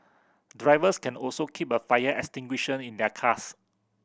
drivers can also keep a fire extinguisher in their cars